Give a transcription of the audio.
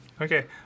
Okay